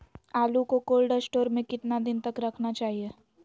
आलू को cold store में कितना दिन तक रखना चाहिए?